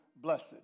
blessed